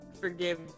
forgive